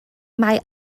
mae